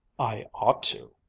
i ought to,